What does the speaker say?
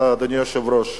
אדוני היושב-ראש: